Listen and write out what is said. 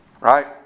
right